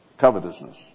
covetousness